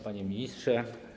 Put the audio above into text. Panie Ministrze!